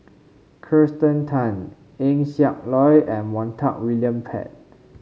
Kirsten Tan Eng Siak Loy and Montague William Pett